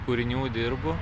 kūrinių dirbu